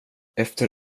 efter